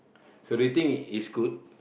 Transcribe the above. so do you think it's good